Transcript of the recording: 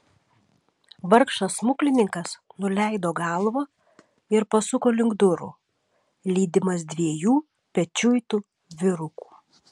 vargšas smuklininkas nuleido galvą ir pasuko link durų lydimas dviejų pečiuitų vyrukų